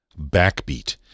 backbeat